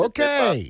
Okay